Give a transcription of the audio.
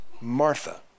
Martha